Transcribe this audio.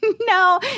No